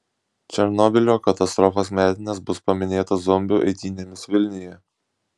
černobylio katastrofos metinės bus paminėtos zombių eitynėmis vilniuje